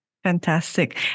Fantastic